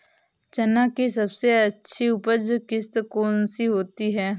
चना की सबसे अच्छी उपज किश्त कौन सी होती है?